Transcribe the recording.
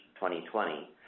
2020